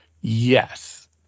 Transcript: Yes